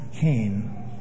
Cain